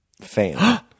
fan